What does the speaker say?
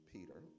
Peter